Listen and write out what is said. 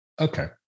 Okay